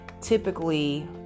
typically